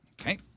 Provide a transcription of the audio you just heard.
Okay